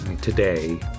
today